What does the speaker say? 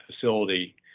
facility